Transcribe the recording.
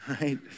right